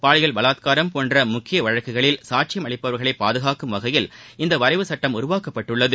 பாலியல் பலாத்காரம் போன்ற முக்கிய வழக்குகளில் சாட்சியம் அளிப்பவர்களை பாதுகாக்கும் வகையில் இந்த வரைவு சட்டம் உருவாக்கப்பட்டுள்ளது